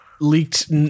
leaked